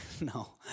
No